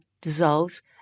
dissolves